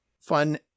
fun